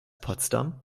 potsdam